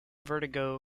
vertigo